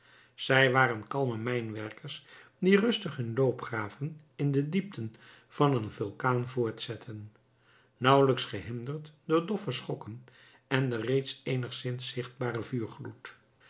zij waren kalme mijnwerkers die rustig hun loopgraven in de diepten van een vulkaan voortzetten nauwelijks gehinderd door doffe schokken en den reeds eenigszins zichtbaren vuurgloed